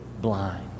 blind